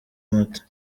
moto